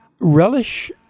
relish